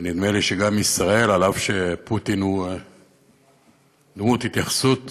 ונדמה לי שגם ישראל, אף שפוטין הוא דמות התייחסות